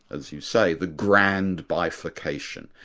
as you say, the grand bifurcation,